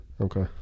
Okay